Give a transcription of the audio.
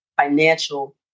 financial